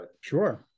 Sure